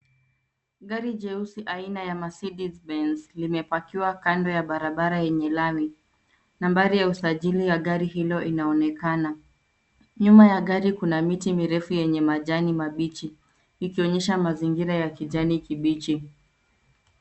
Gari jeusi aina ya Mercedes Benz limepakiwa kando ya barabara yenye lami. Nambari ya usajili ya gari hilo inaonekana. Nyuma ya gari kuna miti mirefu yenye majani mabichi ikionyesha mazingira ya kijani kibichi.